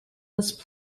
must